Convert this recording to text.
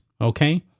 okay